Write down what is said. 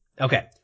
Okay